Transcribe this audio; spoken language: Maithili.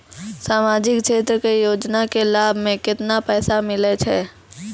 समाजिक क्षेत्र के योजना के लाभ मे केतना पैसा मिलै छै?